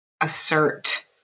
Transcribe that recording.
assert